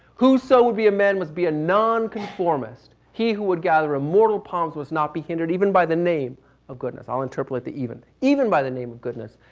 who so would be a man, must be a nonconformist. he who would gather immortal palms must not be hindered even by the name of goodness. i'll interpolate the even. even by the name of goodness.